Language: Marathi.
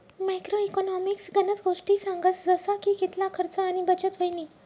मॅक्रो इकॉनॉमिक्स गनज गोष्टी सांगस जसा की कितला खर्च आणि बचत व्हयनी